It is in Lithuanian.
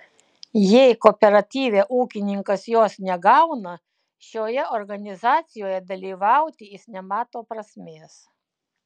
jei kooperatyve ūkininkas jos negauna šioje organizacijoje dalyvauti jis nemato prasmės